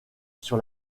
sur